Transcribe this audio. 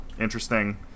interesting